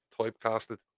typecasted